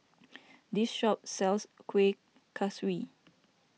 this shop sells Kuih Kaswi